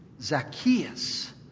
Zacchaeus